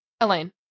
elaine